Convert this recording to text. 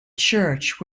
church